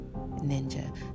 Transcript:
ninja